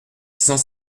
cent